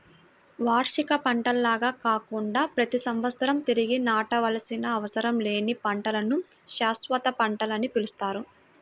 వార్షిక పంటల్లాగా కాకుండా ప్రతి సంవత్సరం తిరిగి నాటవలసిన అవసరం లేని పంటలను శాశ్వత పంటలని పిలుస్తారు